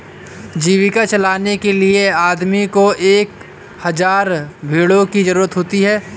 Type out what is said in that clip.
जीविका चलाने के लिए आदमी को एक हज़ार भेड़ों की जरूरत होती है